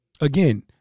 Again